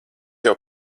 jau